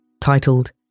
titled